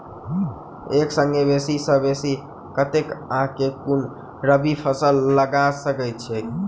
एक संगे बेसी सऽ बेसी कतेक आ केँ कुन रबी फसल लगा सकै छियैक?